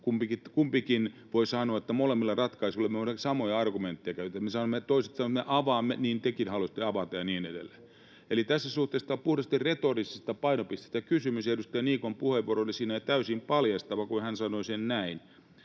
Kumpikin voi sanoa, että molemmilla ratkaisuilla me voidaan käyttää samoja argumentteja. Kun toiset sanovat, että me avaamme, niin tekin haluaisitte avata, ja niin edelleen. Eli tässä suhteessa tässä on puhtaasti retorisista painopisteistä kysymys, ja edustaja Niikon puheenvuoro oli siinä täysin paljastava, kun hän sanoi sen näin: